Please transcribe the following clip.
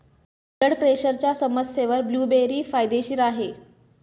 blood प्रेशरच्या समस्येवर blueberry फायदेशीर आहे